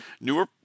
newer